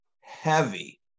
heavy